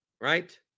Right